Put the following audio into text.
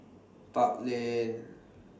Park Lane